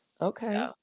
Okay